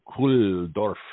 Kuldorf